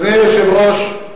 אדוני היושב-ראש,